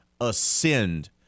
ascend